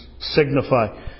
signify